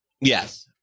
Yes